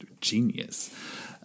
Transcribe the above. genius